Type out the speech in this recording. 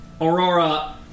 Aurora